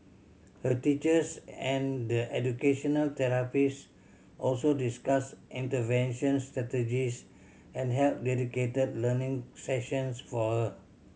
her teachers and the educational therapist also discussed intervention strategies and held dedicated learning sessions for her